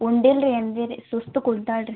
ಉಂಡಿಲ್ರಿ ಏನ್ ಬಿ ರಿ ಸುಸ್ತು ಕುಂತಾಳೆ ರೀ